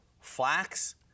Flax